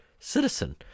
Citizen